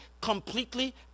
completely